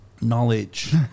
Knowledge